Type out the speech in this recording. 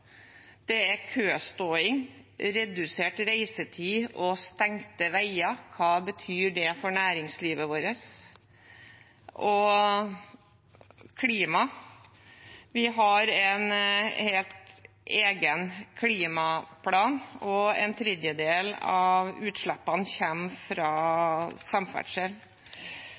Det er køståing, redusert reisetid og stengte veier. Hva betyr det for næringslivet vårt? Og klima – vi har en helt egen klimaplan, og en tredjedel av utslippene kommer fra samferdsel.